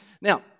now